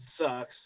sucks